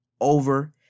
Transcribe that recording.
over